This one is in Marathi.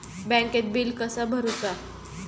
बँकेत बिल कसा भरुचा?